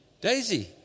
Daisy